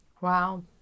Wow